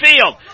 field